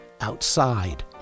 outside